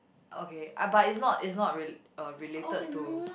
okay ah but is not is not rela~ uh related to